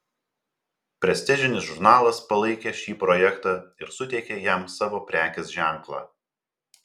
prestižinis žurnalas palaikė šį projektą ir suteikė jam savo prekės ženklą